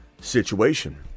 situation